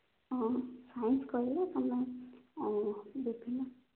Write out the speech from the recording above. ହଁ ସାଇନ୍ସ୍ କହିଲେ ତୁମେ ବିଭିନ୍ନ